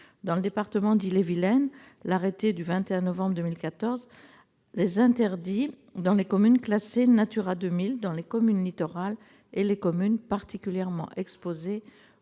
Dans le département d'Ille-et-Vilaine, l'arrêté du 21 novembre 2014 les interdit dans les communes classées Natura 2000, les communes littorales et les communes particulièrement exposées